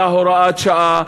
הייתה הוראת שעה,